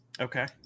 Okay